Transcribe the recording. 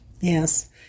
Yes